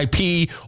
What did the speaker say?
IP